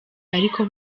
ariko